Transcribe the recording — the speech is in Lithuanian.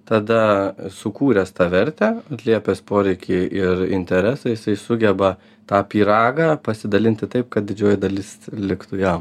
tada sukūręs tą vertę atliepęs poreikį ir interesą jisai sugeba tą pyragą pasidalinti taip kad didžioji dalis liktų jam